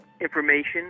information